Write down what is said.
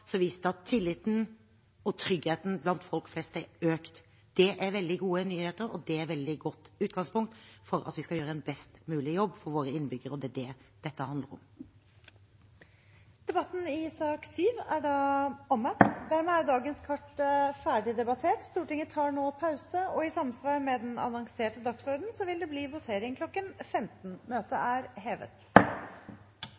som viste at tilliten og tryggheten blant folk flest har økt. Det er veldig gode nyheter, og det er et veldig godt utgangspunkt for å gjøre en best mulig jobb for våre innbyggere. Det er det dette handler om. Debatten i sak nr. 7 er dermed avsluttet. Dermed er dagens kart ferdigdebattert. Stortinget tar nå pause, og i samsvar med den annonserte dagsordenen vil det bli votering kl. 15.